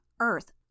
earth